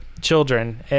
children